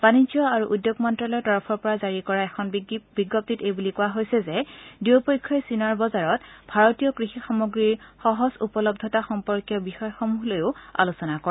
বাণিজ্য আৰু উদ্যোগ মন্তালয়ৰ তৰফৰ পৰা জাৰি কৰা এখন বিজ্ঞপ্তিত এই বুলি কোৱা হৈছে যে দুয়োপক্ষই চীনৰ বজাৰত ভাৰতীয় কৃষি সামগ্ৰীৰ সহজ উপলব্ধতা সম্পৰ্কীয় বিষয়সমূহক লৈও আলোচনা কৰে